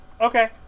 Okay